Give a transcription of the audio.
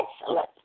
excellent